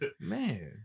man